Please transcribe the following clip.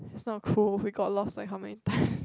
it's not cool we got lost like how many time